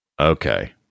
Okay